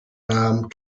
namen